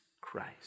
Christ